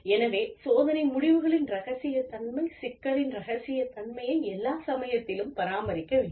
எனவே சோதனை முடிவுகளின் இரகசியத்தன்மை சிக்கலின் இரகசியத்தன்மையை எல்லா சமயத்திலும் பராமரிக்க வேண்டும்